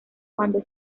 cuando